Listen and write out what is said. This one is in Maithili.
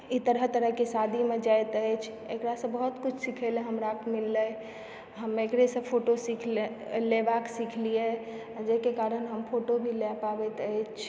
ई तरह तरहके शादीमे जायत अछि एकरासँ बहुत किछु सीखयलऽ हमरा मिललै हम एकरेसँ फोटो सीखलय लेबाक सिखलियै जाहिके कारण हम फोटो भी लय पाबैत अछि